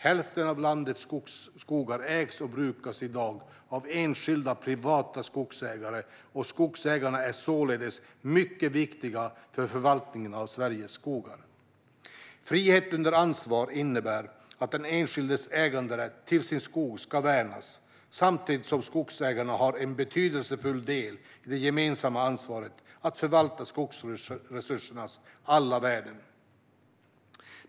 Hälften av landets skogar ägs och brukas i dag av enskilda privata skogsägare, och skogsägarna är således mycket viktiga för förvaltningen av Sveriges skogar. Frihet under ansvar innebär att den enskildes äganderätt till sin skog ska värnas samtidigt som skogsägaren har en betydelsefull del i det gemensamma ansvaret att förvalta skogsresursernas alla värden.